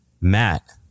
Matt